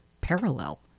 parallel